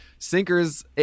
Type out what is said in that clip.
Sinkers